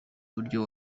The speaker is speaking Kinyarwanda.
buryo